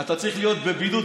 אתה צריך להיות בבידוד,